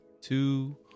two